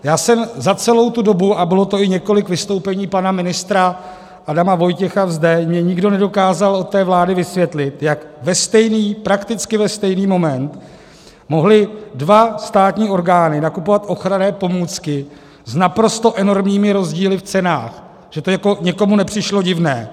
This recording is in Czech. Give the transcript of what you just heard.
Já jsem za celou tu dobu a bylo to i několik vystoupení pana ministra Adama Vojtěcha zde, nikdo od té vlády mi nedokázal vysvětlit, jak ve stejný, prakticky ve stejný moment mohly dva státní orgány nakupovat ochranné pomůcky s naprosto enormními rozdíly v cenách, že to jako někomu nepřišlo divné.